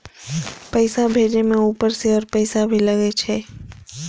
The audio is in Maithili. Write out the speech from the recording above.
पैसा भेजे में ऊपर से और पैसा भी लगे छै?